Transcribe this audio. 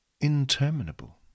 interminable